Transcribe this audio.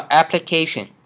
application